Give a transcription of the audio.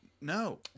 No